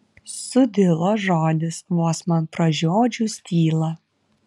sudilo žodis vos man pražiodžius tylą